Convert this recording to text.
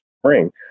spring